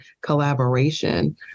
collaboration